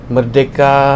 Merdeka